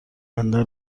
بنده